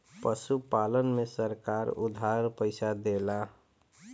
पशुपालन में सरकार उधार पइसा देला?